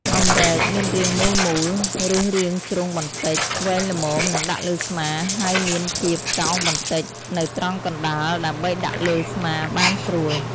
អម្រែកមានរាងមូលៗ ឬរាងជ្រុងបន្តិច វែងល្មមនឹងដាក់លើស្មា ហើយមានភាពកោងបន្តិចនៅត្រង់កណ្តាលដើម្បីដាក់លើស្មាបានស្រួល។